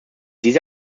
diese